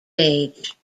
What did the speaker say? age